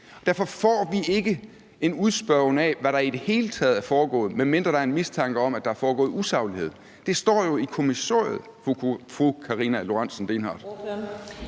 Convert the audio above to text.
Derfor får vi ikke en udspørgen om, hvad der i det hele taget er foregået, medmindre der er en mistanke om, at der er foregået usaglighed. Det står jo i kommissoriet, fru Karina Lorentzen Dehnhardt.